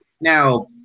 Now